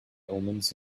omens